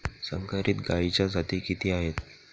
संकरित गायीच्या जाती किती आहेत?